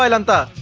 and and